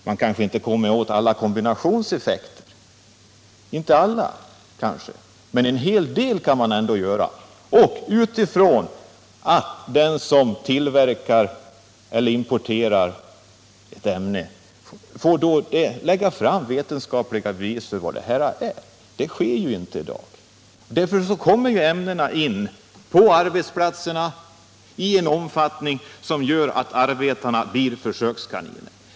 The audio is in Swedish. Man kanske inte kommer åt alla kombinationseffekter, men en hel del kan man ändå göra om den som tillverkar eller importerar produkten måste lägga fram vetenskapliga bevis för vilka ämnen som ingår i den. Det sker inte i dag. Därför kommer ämnena in på arbetsplatserna i en omfattning som gör att arbetarna blir försökskaniner.